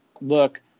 look